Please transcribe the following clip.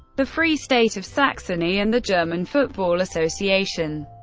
the free state of saxony and the german football association,